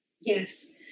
Yes